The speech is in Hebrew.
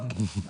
אוקיי.